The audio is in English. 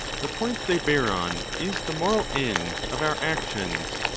the point they bear on is the moral end of our actions,